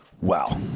Wow